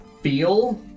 feel